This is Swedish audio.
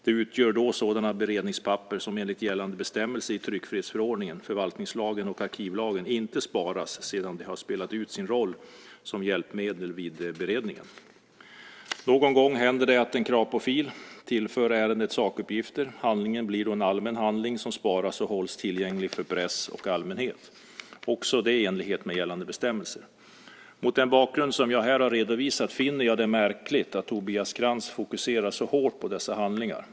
De utgör då sådana beredningspapper som enligt gällande bestämmelser i tryckfrihetsförordningen, förvaltningslagen och arkivlagen inte sparas sedan de har spelat ut sin roll som hjälpmedel vid beredningen. Någon gång händer det att en kravprofil tillför ärendet sakuppgifter. Handlingen blir då en allmän handling som sparas och hålls tillgänglig för press och allmänhet, också det i enlighet med gällande bestämmelser. Mot den bakgrund som jag här har redovisat finner jag det märkligt att Tobias Krantz fokuserar så hårt på dessa handlingar.